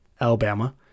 Alabama